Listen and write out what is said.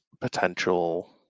potential